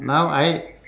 now I